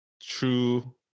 true